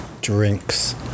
Drinks